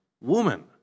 woman